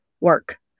work